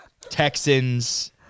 Texans